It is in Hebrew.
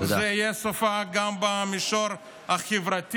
זה יהיה סופה גם במישור החברתי,